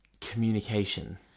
communication